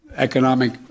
Economic